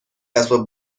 اسباب